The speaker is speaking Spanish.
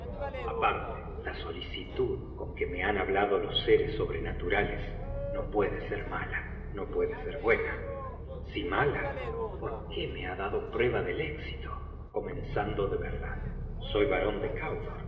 señores aparte la solicitud con que me han hablado los seres sobrenaturales no puede ser mala no puede ser buena si mala por qué me ha dado prueba del éxito comenzando verdad soy barón de